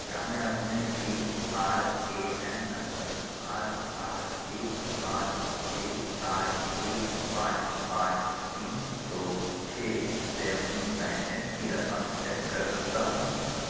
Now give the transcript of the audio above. کیا میں اپنے پی آر اے این نمبر پانچ آٹھ ایک پانچ چھ آٹھ ایک پانچ پانچ تین دو چھ سے اپنی پینشن کی رقم چیک کر سکتا ہوں